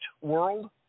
world